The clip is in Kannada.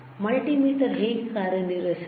ಮಲ್ಟಿಮೀಟರ್ ಹೇಗೆ ಕಾರ್ಯನಿರ್ವಹಿಸುತ್ತದೆ